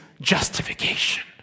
justification